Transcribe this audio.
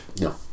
No